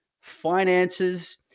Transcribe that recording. finances